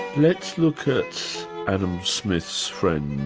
let's look at adam smith's friend,